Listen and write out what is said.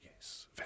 Yes